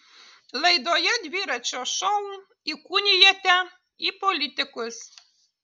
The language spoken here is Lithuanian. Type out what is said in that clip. laidoje dviračio šou įkūnijate į politikus